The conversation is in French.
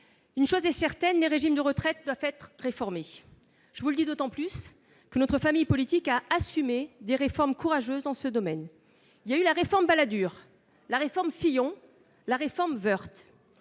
Une chose est certaine, les régimes de retraite doivent être réformés. Je vous le dis d'autant plus que notre famille politique a assumé des réformes courageuses dans ce domaine. Il y a eu les réformes Balladur, Fillon, Woerth.